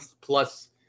Plus